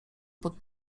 pod